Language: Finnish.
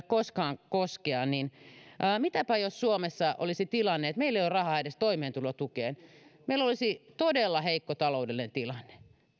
koskaan koskea mitäpä jos suomessa olisi tilanne että meillä ei ole rahaa edes toimeentulotukeen meillä olisi todella heikko taloudellinen tilanne